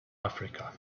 africa